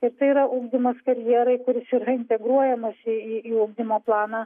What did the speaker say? ir tai yra ugdymas karjerai kuris yra integruojamas į į į ugdymo planą